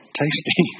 tasty